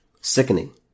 Sickening